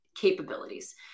capabilities